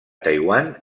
taiwan